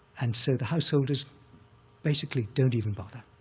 and so the householders basically don't even bother.